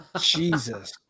Jesus